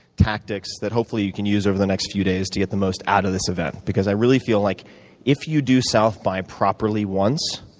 tactics that hopefully you can use over the next few days to get the most out of this event, because i really feel like if you do south by properly once,